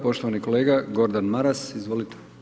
Poštovani kolega Gordan Maras, izvolite.